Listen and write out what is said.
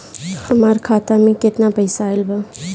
हमार खाता मे केतना पईसा आइल बा?